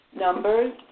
Numbers